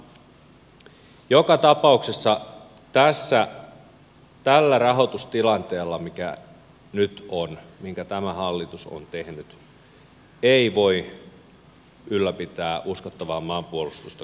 mutta joka tapauksessa tällä rahoitustilanteella mikä nyt on minkä tämä hallitus on tehnyt ei voi ylläpitää uskottavaa maanpuolustusta kovinkaan pitkään